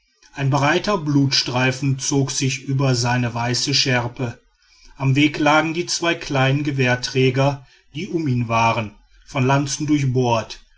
ein breiter blutstreifen zog sich über seine weiße schärpe am weg lagen die zwei kleinen gewehrträger die um ihn waren von lanzen durchbohrt